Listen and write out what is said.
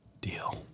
deal